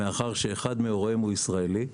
מאחר שאחד מהוריהם ישראלי,